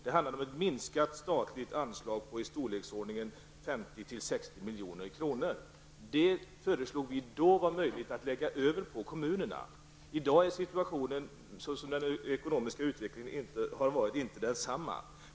Det handlade om ett minskat statligt anslag i storleksordningen 50-60 milj.kr. Vi ansåg då att det var möjligt att lägga över detta på kommunerna och föreslog att så skulle ske. I dag är situationen på grund av den ekonomiska utvecklingen inte densamma.